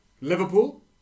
Liverpool